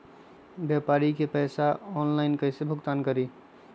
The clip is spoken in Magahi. व्यापारी के पैसा ऑनलाइन कईसे भुगतान करी?